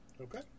Okay